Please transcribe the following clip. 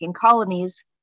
colonies